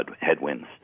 headwinds